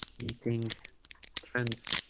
eating trends